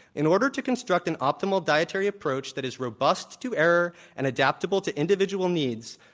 in order to construct an optimal dietary approach that is robust to error and adaptable to individual needs,